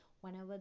whenever